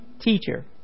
teacher